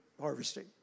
harvesting